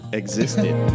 existed